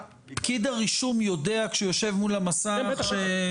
פקיד הרישום, כשהוא יושב מול המסך, יודע?